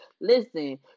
Listen